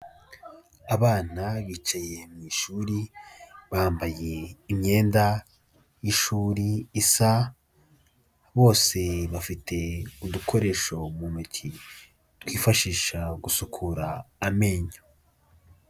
Abana bicaye mu ishuri bambaye imyenda y'ishuri isa, bose bafite udukoresho mu ntoki twifashisha gusukura amenyo.